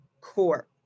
core